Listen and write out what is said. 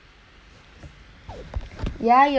ya you only in one point two [what]